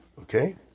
Okay